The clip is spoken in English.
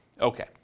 Okay